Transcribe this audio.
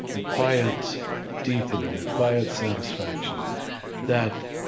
a quiet deepening, a quiet satisfaction that,